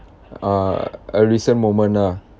uh a recent moment ah